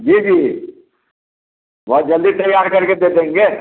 जी जी बहुत जल्दी तैयार करके दे देंगे